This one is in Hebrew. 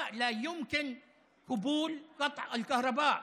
ניתוק החשמל גורם לסיכון מיידי של חיי החולים האלה.